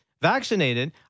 vaccinated